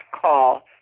call